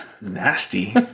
nasty